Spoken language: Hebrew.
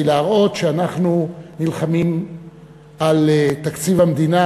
להראות שאנחנו נלחמים על תקציב המדינה,